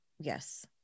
Yes